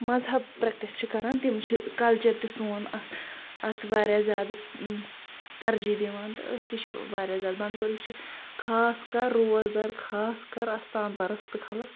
مَذہب پرٛٮ۪کٹِس چھِ کَران تِم چھِ کَلچَر تہِ سون اَتھ اَتھ واریاہ زیادٕ ترجیح دِوان تہٕ أسۍ تہِ چھِ واریاہ زیادٕ بنٛڈپورِکۍ چھِ خاص کَر روزدَر خاص کَر اَستان پَرَست خلٕق